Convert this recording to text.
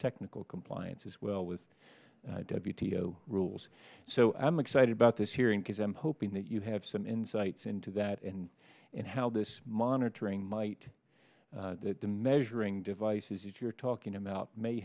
technical compliance as well with deputy go rules so i'm excited about this hearing because i'm hoping that you have some insights in to that end and how this monitoring might the measuring devices you're talking about may